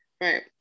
right